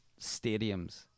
stadiums